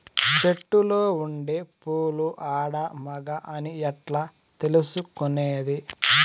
చెట్టులో ఉండే పూలు ఆడ, మగ అని ఎట్లా తెలుసుకునేది?